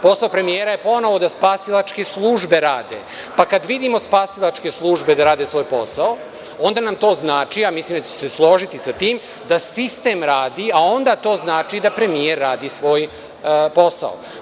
Posao premijera je ponovo da spasilačke službe rade, pa kada vidimo spasilačke službe da rade svoj posao, onda nam to znači, a mislim da ćete se složiti sa tim, da sistem radi, a onda to znači da premijer radi svoj posao.